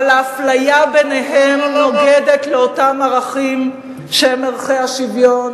אבל האפליה ביניהם נוגדת אותם ערכים שהם ערכי השוויון